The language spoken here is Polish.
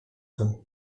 tym